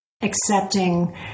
accepting